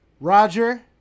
Roger